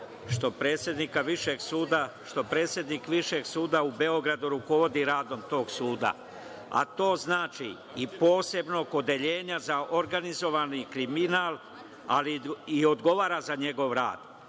što predsednik Višeg suda u Beogradu rukovodi radom tog suda, a to znači i Posebnog odeljenja za organizovani kriminal, ali i odgovara za njegov rad,